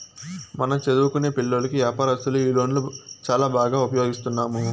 మన చదువుకొనే పిల్లోల్లకి వ్యాపారస్తులు ఈ లోన్లు చాలా బాగా ఉపయోగిస్తున్నాము